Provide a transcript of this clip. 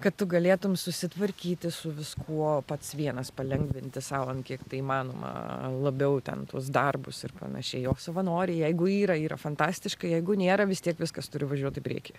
kad tu galėtum susitvarkyti su viskuo pats vienas palengvinti sau an kiek įmanoma labiau ten tus darbus ir panašiai o savanoriai jeigu yra yra fantastiška jeigu nėra vis tiek viskas turi važiuot į priekį